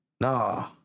No